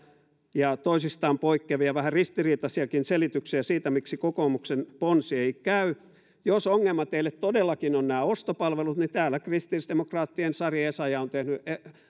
ja toisistaan poikkeavia vähän ristiriitaisiakin selityksiä siitä miksi kokoomuksen ponsi ei käy jos ongelmana teille todellakin ovat nämä ostopalvelut niin täällä kristillisdemokraattien sari essayah on tehnyt